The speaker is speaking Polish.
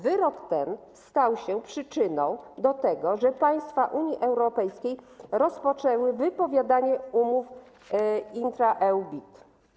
Wyrok ten stał się przyczyną tego, że państwa Unii Europejskiej rozpoczęły wypowiadanie umów intra-EU BIT.